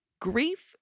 Grief